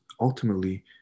ultimately